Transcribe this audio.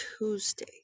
tuesday